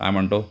काय म्हणतो